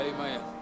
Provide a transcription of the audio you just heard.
Amen